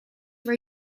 were